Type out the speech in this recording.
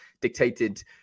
dictated